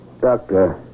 Doctor